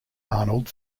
arnold